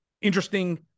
interesting